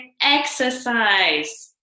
exercise